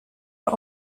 are